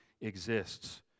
exists